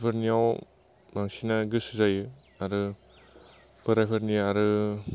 बेफोरनियाव बांसिना गोसो जायो आरो बोराइफोरनिया आरो